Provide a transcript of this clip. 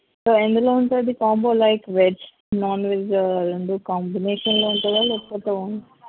so ఎందులో ఉంటుంది combo like veg non veg రెండూ కాంబినేషన్లో ఉంటుందా లేకపోతే